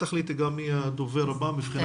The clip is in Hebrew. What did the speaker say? את תחליטי גם מי יהיה הדובר הבא.